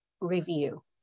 review